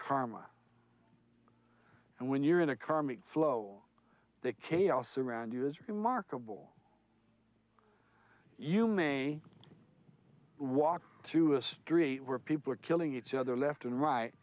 karma and when you're in a karmic flow they chaos around you is remarkable you may walk through a street where people are killing each other left and right